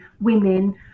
women